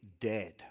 dead